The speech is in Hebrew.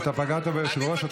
הוא פוגע ביושב-ראש.